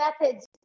methods